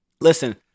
Listen